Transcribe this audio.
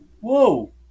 whoa